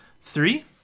Three